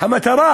המטרה